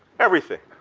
everything.